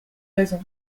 raisons